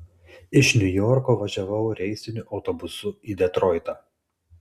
iš niujorko važiavau reisiniu autobusu į detroitą